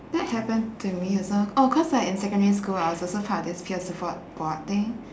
that happened to me also oh cause like in secondary school I was also part of this peer support board thing